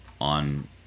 on